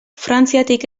frantziatik